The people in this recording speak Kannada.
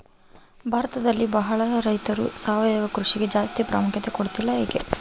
ಭಾರತದಲ್ಲಿ ಬಹಳ ರೈತರು ಸಾವಯವ ಕೃಷಿಗೆ ಜಾಸ್ತಿ ಪ್ರಾಮುಖ್ಯತೆ ಕೊಡ್ತಿಲ್ಲ ಯಾಕೆ?